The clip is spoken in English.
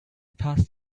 past